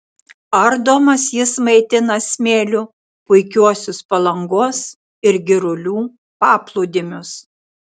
ardomas jis maitina smėliu puikiuosius palangos ir girulių paplūdimius